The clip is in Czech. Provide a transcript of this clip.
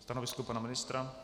Stanovisko pana ministra?